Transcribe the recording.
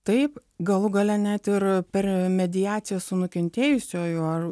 taip galų gale net ir per mediaciją su nukentėjusiuoju ar